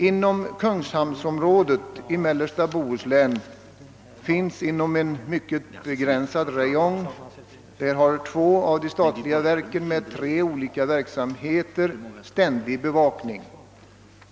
Inom kungshamnsområdet i mellersta Bohuslän har inom en mycket begränsad räjong två verk med tre olika slag av verksamhet ständig bevakning.